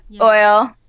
oil